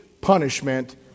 punishment